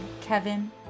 Kevin